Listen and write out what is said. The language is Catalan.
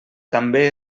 també